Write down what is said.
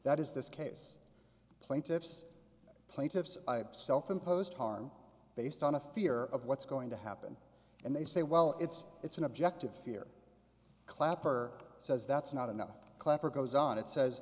that is this case plaintiff's plaintiffs self imposed harm based on a fear of what's going to happen and they say well it's it's an objective here clapper says that's not enough clapper goes on it says